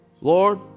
Lord